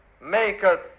maketh